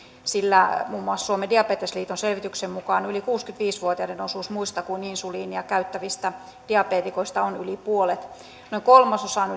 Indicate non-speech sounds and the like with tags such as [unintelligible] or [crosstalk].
sillä muun muassa suomen diabetesliiton selvityksen mukaan yli kuusikymmentäviisi vuotiaiden osuus muista kuin insuliinia käyttävistä diabeetikoista on yli puolet noin kolmasosa on [unintelligible]